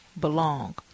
belong